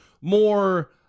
more